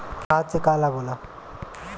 खाद्य से का लाभ होला?